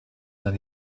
than